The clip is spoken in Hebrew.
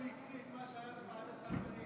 אחרי שהוא הקריא את מה שהיה בוועדת שרים,